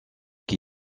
qui